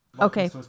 Okay